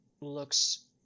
looks